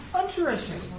Interesting